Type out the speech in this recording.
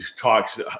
talks